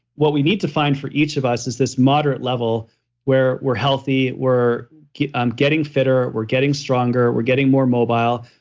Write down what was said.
what we need to find for each of us is this moderate level where we're healthy, we're um getting fitter, we're getting stronger, we're getting more mobile,